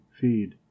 feed